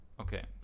okay